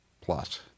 Plus